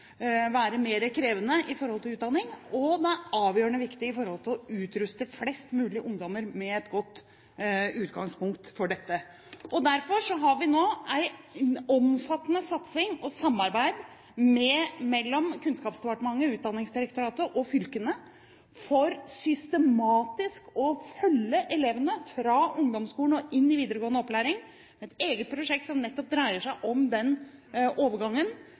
være mer krevende når det gjelder utdanning, og det er avgjørende viktig for å kunne utruste flest mulig ungdommer med et godt utgangspunkt for dette. Derfor har vi nå en omfattende satsing og et samarbeid mellom Kunnskapsdepartementet, Utdanningsdirektoratet og fylkene for systematisk å følge elevene fra ungdomsskolen og inn i videregående opplæring. Det er et eget prosjekt som nettopp dreier seg om den overgangen,